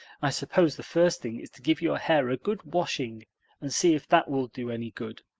i suppose the first thing is to give your hair a good washing and see if that will do any good.